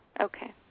Okay